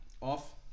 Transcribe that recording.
off